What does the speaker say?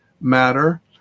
matter